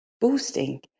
boosting